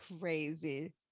Crazy